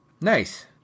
Nice